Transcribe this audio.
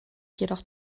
jedoch